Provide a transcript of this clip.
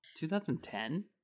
2010